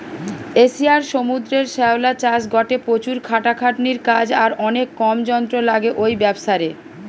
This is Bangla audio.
এশিয়ার সমুদ্রের শ্যাওলা চাষ গটে প্রচুর খাটাখাটনির কাজ আর অনেক কম যন্ত্র লাগে ঔ ব্যাবসারে